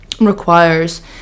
requires